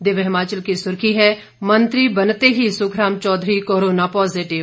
दिव्य हिमाचल की सुर्खी है मंत्री बनते ही सुखराम चौधरी कोरोना पॉजीटिव